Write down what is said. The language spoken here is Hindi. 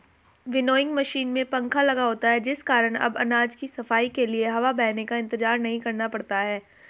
विन्नोइंग मशीन में पंखा लगा होता है जिस कारण अब अनाज की सफाई के लिए हवा बहने का इंतजार नहीं करना पड़ता है